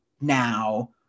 now